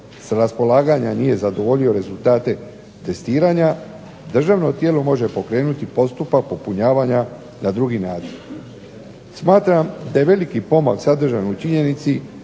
sa raspolaganja nije zadovoljio rezultate testiranja, državno tijelo može pokrenuti postupak popunjavanja na drugi način. Smatram da je veliki pomak sadržan u činjenici